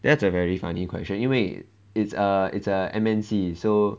that's a very funny question 因为 it's a it's a M_N_C so